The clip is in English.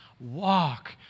walk